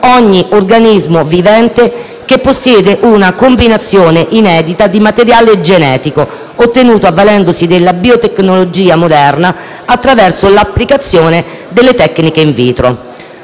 ogni organismo vivente che possiede una combinazione inedita di materiale genetico, ottenuta avvalendosi della biotecnologia moderna attraverso l'applicazione delle tecniche *in vitro*.